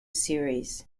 series